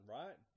right